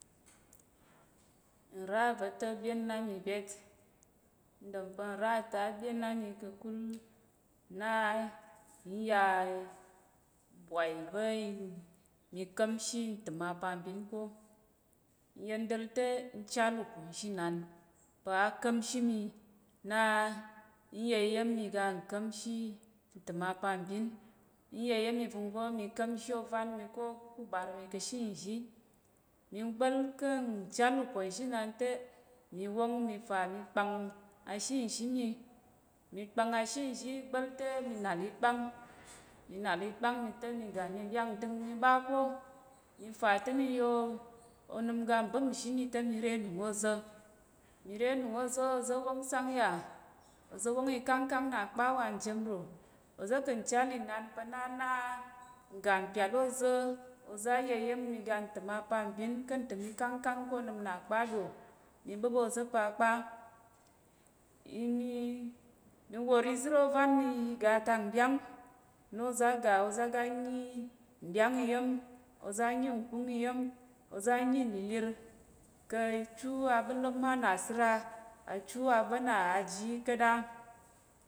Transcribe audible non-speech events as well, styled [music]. Nra va̱ ta̱ ɓyén á mi byét, n ɗom pa̱ nra va̱ ta̱ á ɓyén á mi ka̱kul, na n ya mbwai [hesitation] i ka̱mshi ntəm apambin ko, n yenda̱l te, n chal uponzhinan pa̱ á ka̱mshi mi na n ya iya̱m iga nka̱mshi ntəm apambin, n ya iya̱m ivəngva̱ mi ka̱mshi ovan mi ko, ku uɓar mi ka̱ she nzhi. Mi gbá̱l ká̱ nchal uponzhinan te mi wóng mi fa mi kpang ashe nzhi mi, mi kpang ashe nzhi i gba̱l te mi nàl ikpáng, mi nàl ikpáng mi te, mi ga mi ɗyang nɗəng mi ɓa ko, mi fa te mi ya [hesitation] onəm oga mbəp nzhi mi te mi re nung ôza̱, mi re nung ôza̱, oza̱ wóng sang yà? Oza̱ wóng ikángkang na kpa wa njem ɗo? Oza̱ kà̱ nchal inan pa̱ na á na nga mpyàl ôza̱, oza̱ á ya iya̱m iga ntəm apambin ká̱ ntəm ika̱ngkang ká̱ onəm na kpa ɗo? Mi ɓəp oza̱ pa kpa [unintelligible] mi wòr izər ôvan mi [hesitation] ga atak nɗyáng, na oza̱ á ga oza̱ á ga á nyi nɗyáng iya̱m, oza̱ á nyi nkúng iya̱m, oza̱ á nyi nlìlir ka̱ chu aɓəlləm ánasəra, achu a va̱ na aji yi ka̱t á